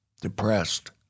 depressed